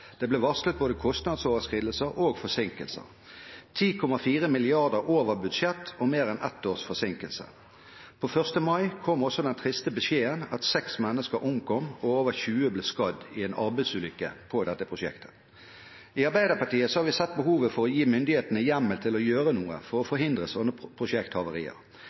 Det ble varslet både kostnadsoverskridelser og forsinkelser – 10,4 mrd. kr over budsjett og mer enn ett års forsinkelse. På 1. mai kom også den triste beskjeden at 6 mennesker omkom og over 20 ble skadd i en arbeidsulykke på dette prosjektet. I Arbeiderpartiet har vi sett behovet for å gi myndighetene hjemmel til å gjøre noe for å forhindre sånne prosjekthavarier.